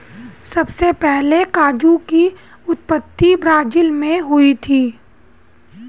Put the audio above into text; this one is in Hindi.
सबसे पहले काजू की उत्पत्ति ब्राज़ील मैं हुई थी